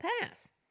pass